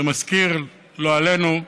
זה מזכיר, לא עלינו,